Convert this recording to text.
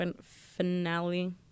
finale